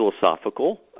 philosophical